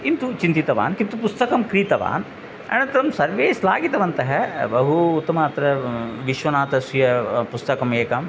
किन्तु चिन्तितवान् किन्तु पुस्तकं क्रीतवान् अनन्तरं सर्वे श्लाघितवन्तः बहु उत्तमम् अत्र विश्वनाथस्य पुस्तकम् एकम्